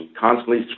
constantly